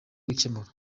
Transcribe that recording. gukemura